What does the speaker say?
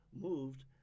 moved